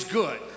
good